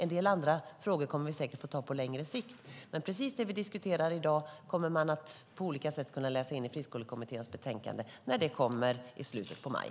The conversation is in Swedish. En del andra frågor kommer vi säkert att få ta på längre sikt, men precis det vi diskuterar i dag kommer man på olika sätt att kunna läsa in i Friskolekommitténs betänkande när det kommer i slutet av maj.